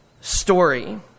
story